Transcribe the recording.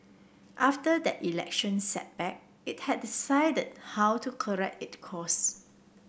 after that election setback it had to decided how to correct it course